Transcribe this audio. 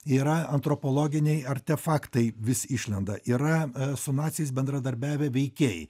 yra antropologiniai artefaktai vis išlenda yra su naciais bendradarbiavę veikėjai